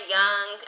young